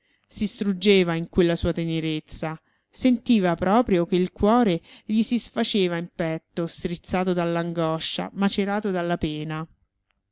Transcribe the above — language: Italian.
si struggeva in quella sua tenerezza sentiva proprio che il cuore gli si sfaceva in petto strizzato dall'angoscia macerato dalla pena